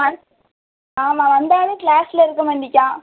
அவன் வந்தாலும் க்ளாஸில் இருக்க மாட்டேக்கிறான்